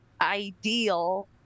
ideal